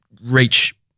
reach